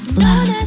love